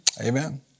Amen